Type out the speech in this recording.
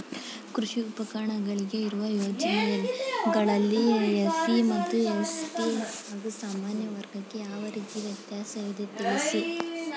ಕೃಷಿ ಉಪಕರಣಗಳಿಗೆ ಇರುವ ಯೋಜನೆಗಳಲ್ಲಿ ಎಸ್.ಸಿ ಮತ್ತು ಎಸ್.ಟಿ ಹಾಗೂ ಸಾಮಾನ್ಯ ವರ್ಗಕ್ಕೆ ಯಾವ ರೀತಿ ವ್ಯತ್ಯಾಸವಿದೆ ತಿಳಿಸಿ?